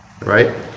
right